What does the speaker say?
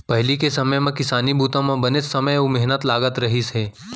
पहिली के समे म किसानी बूता म बनेच समे अउ मेहनत लागत रहिस हे